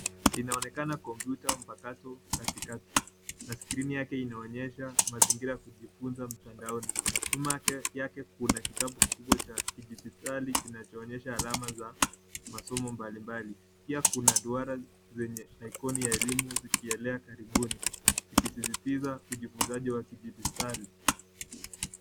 Inaonekana kompyuta mpakato katikati na skrini yake inaonyesha mazingira ya kujifunzia mtandaoni. Nyuma yake kuna kitabu kikubwa cha kidijitali kinachoonyesha alama za masomo mbalimbali. Pia kuna duara zenye aikoni ya elimu zikielea karibuni zikisisitiza ujifunzaji wa kidijitali.